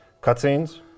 cutscenes